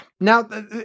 Now